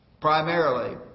primarily